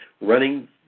running